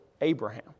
Abraham